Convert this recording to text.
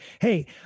Hey